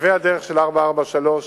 והדרך של 443,